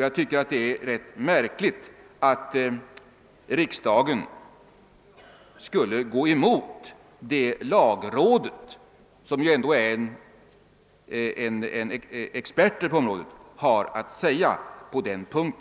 Jag tycker det är ganska märkligt om riksdagen går emot vad lagrådet — som ju ändå består av experter på området — har att säga i det fallet.